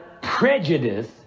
prejudice